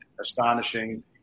astonishing